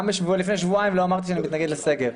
גם לפני שבועיים לא אמרתי שאני מתנגד לסגר.